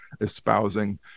espousing